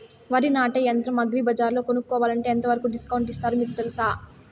వరి నాటే యంత్రం అగ్రి బజార్లో కొనుక్కోవాలంటే ఎంతవరకు డిస్కౌంట్ ఇస్తారు మీకు తెలుసా?